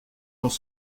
dans